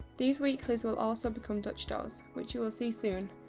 these weeklies will also become dutch doors, which you will see soon.